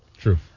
True